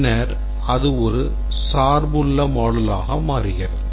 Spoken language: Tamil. பின்னர் அது ஒரு சார்புள்ள module ஆக மாறுகிறது